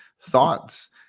thoughts